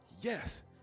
Yes